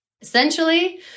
Essentially